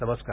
नमस्कार